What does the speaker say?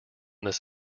this